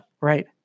Right